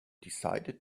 decided